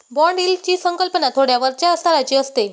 bond यील्डची संकल्पना थोड्या वरच्या स्तराची असते